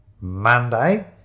Monday